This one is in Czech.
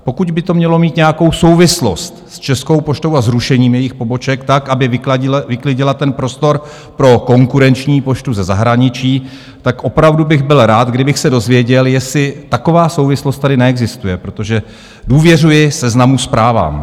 Pokud by to mělo mít nějakou souvislost s Českou poštou a zrušením jejich poboček tak, aby vyklidila ten prostor pro konkurenční poštu ze zahraničí, tak opravdu bych byl rád, kdybych se dozvěděl, jestli taková souvislost tady neexistuje, protože důvěřuji Seznamu Zprávám.